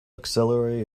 auxiliary